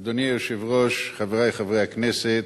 אדוני היושב-ראש, חברי חברי הכנסת,